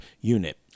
unit